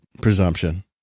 presumption